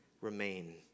remain